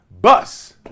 Bus